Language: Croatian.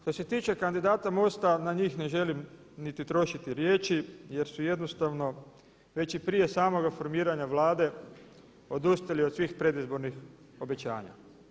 Što se tiče kandidata mosta, na njih ne želim niti trošiti riječi jer su jednostavno već i prije samoga formiranja Vlade odustali od svih predizbornih obećanja.